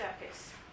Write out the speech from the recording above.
surface